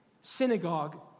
synagogue